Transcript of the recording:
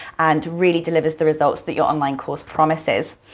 and really delivers the results that your online course promises.